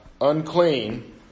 unclean